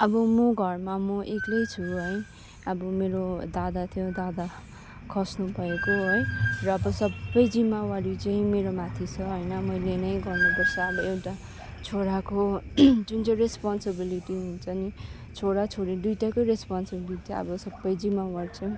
अब म घरमा म एक्लै छु है अब मेरो दादा थियो दादा खस्नु भएको है र अब सबै जिम्मावारी चाहिँ मेरोमाथि छ होइन मैले नै गर्नुपर्छ अब एउटा छोराको जुन चाहिँ रेसपनसिबिलिटी हुन्छ नि छोरा छोरी दुइटैको रेसपनसिबिलिटी अब सबै जिम्मावार चाहिँ